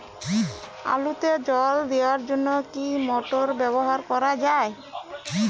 আলুতে জল দেওয়ার জন্য কি মোটর ব্যবহার করা যায়?